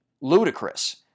ludicrous